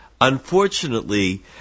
unfortunately